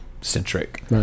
centric